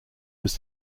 was